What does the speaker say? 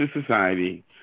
society